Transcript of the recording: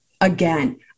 again